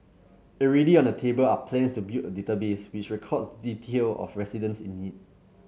already on the table are plans to build a database which records detail of residents in need